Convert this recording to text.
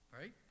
right